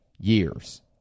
Years